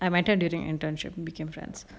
my mentor during internship became friends